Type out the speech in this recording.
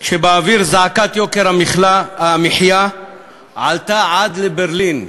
כשבאוויר עלתה זעקת יוקר המחיה עד לברלין.